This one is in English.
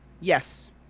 Yes